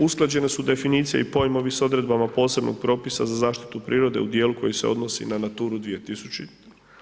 Usklađena su definicija i pojmovi s odredbama posebnog propisa za zaštitu prirode u dijelu koji se odnosi na Naturu 2000.